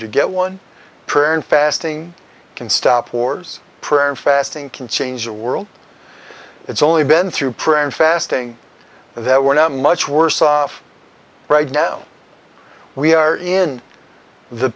to get one prayer and fasting can stop wars prayer and fasting can change the world it's only been through prayer and fasting that we're not much worse off right now we are in the